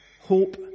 Hope